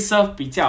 因为我